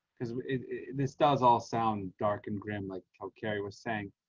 because this does all sound dark and grim like carrie was saying,